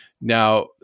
Now